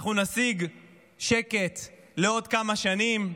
אנחנו נשיג שקט לעוד כמה שנים,